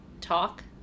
talk